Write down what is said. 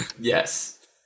Yes